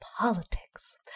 politics